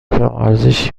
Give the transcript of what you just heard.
کمارزشی